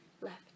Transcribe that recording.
left